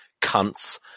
cunts